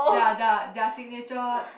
their their their signature